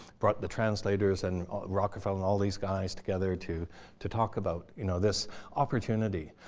brought the translators and rockefeller and all these guys together to to talk about you know this opportunity.